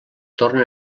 tornen